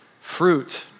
fruit